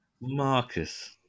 Marcus